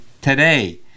today